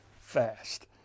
fast